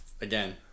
again